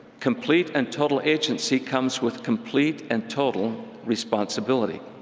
complete and total agency comes with complete and total responsibility.